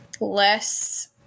less